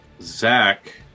Zach